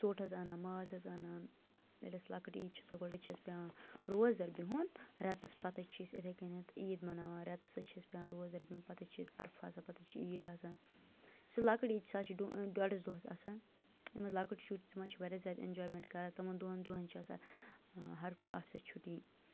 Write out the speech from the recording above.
ژوٚٹ حظ اَنان ماز حظ اَنان ییٚلہِ اَسہِ لۄکٕٹۍ عید چھِ سۄ گۄڈٕ حظ چھِ اَسہِ پٮ۪وان روزدَر بیٚہُن رٮ۪تَس پَتہٕ حظ چھِ أسۍ یِتھَے کٔنٮ۪تھ عیٖد مَناوان رٮ۪تَس حظ چھِ اَسہِ پٮ۪وان روزدر بیٚہُن پَتہٕ حظ چھِ اَسہِ عرفہٕ آسان پَتہٕ حظ چھِ عید آسان یُس یہِ لۄکٕٹ عید سۄ حظ چھِ ڈۄڈَس دۄہَس آسان یِم حظ لۄکٕٹۍ شُرۍ تِم حظ چھِ واریاہ زیادٕ اٮ۪نجایمٮ۪نٛٹ کَران تِمَن دۄن دۄہَن چھِ آسان ہر کُنہِ آفسَس چھُٹی